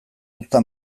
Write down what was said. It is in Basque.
uzta